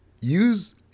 Use